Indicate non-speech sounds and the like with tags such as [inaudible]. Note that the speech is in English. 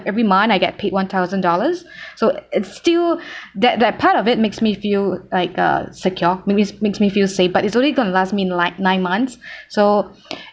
every month I get paid one thousand dollars [breath] so it's still [breath] that that part of it makes me feel like uh secure makes me feel safe but it's only gonna last me like nine months so